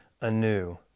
anew